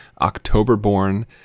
October-born